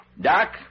Doc